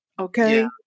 Okay